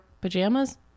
pajamas